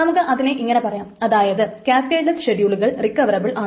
നമുക്ക് അതിനെ ഇങ്ങനെ പറയാം അതായത് കാസ്കേഡ്ലെസ്സ് ഷെഡ്യൂളുകൾ റിക്കവറബിളാണ്